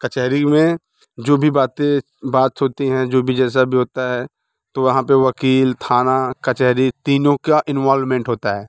कचहरी में जो भी बातें बात होती हैं जो भी जैसा भी होता है तो वहाँ पर वक़ील थाना कचहरी तीनों का इन्वोलमेंट होता है